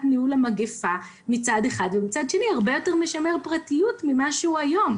ניהול המגפה והוא גם הרבה יותר משמר פרטיות לעומת היום.